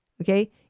Okay